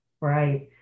right